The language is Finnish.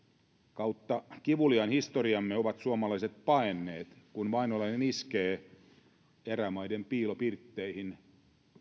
kautta kivuliaan historiamme ovat suomalaiset paenneet kun vainolainen iskee erämaiden piilopirtteihin